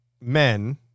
men